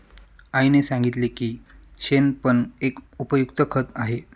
आईने सांगितले की शेण पण एक उपयुक्त खत आहे